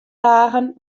dagen